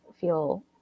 feel